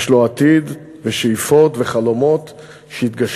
יש לו עתיד ושאיפות וחלומות שיתגשמו.